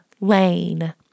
lane